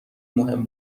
مهم